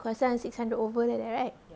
pasal six hundred over that lah right